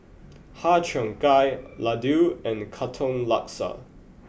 Har Cheong Gai Laddu and Katong Laksa